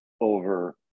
over